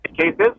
cases